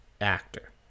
actor